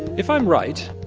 if i'm right,